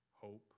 hope